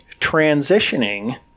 transitioning –